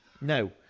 No